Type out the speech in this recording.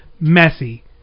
messy